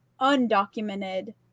undocumented